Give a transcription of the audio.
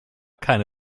keine